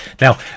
now